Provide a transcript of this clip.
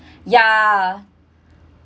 yeah